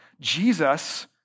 Jesus